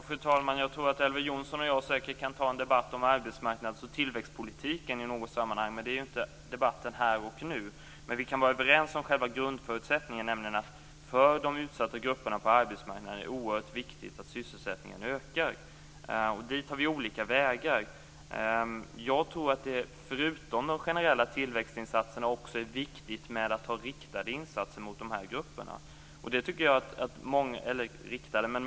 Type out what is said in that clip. Fru talman! Jag tror att Elver Jonsson och jag säkert kan ta en debatt om arbetsmarknads och tillväxtpolitik i något sammanhang, men det gäller ju inte debatten här och nu. Vi kan vara överens om själva grundförutsättningen, nämligen att det för de utsatta grupperna på arbetsmarknaden är oerhört viktigt att sysselsättningen ökar. Men dit tar vi olika vägar. Jag tror att det förutom de generella tillväxtinsatserna också är viktigt att ha riktade insatser när det gäller de här grupperna.